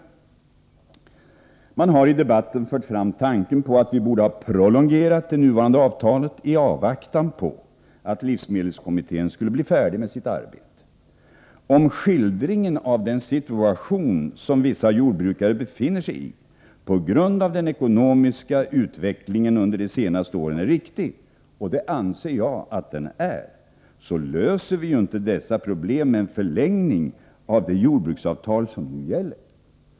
Man har i debatten fört fram tanken på att vi borde ha prolongerat det nuvarande avtalet i avvaktan på att livsmedelskommittén skulle bli färdig med sitt arbete. Om skildringen av den situation som vissa jordbrukare befinner sig i, på grund av den ekonomiska utvecklingen under de senaste åren är riktig — och det anser jag att den är — så löser vi ju inte dessa problem genom en förlängning av det jordbruksavtal som nu gäller.